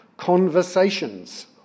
conversations